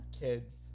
Kids